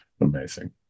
Amazing